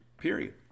Period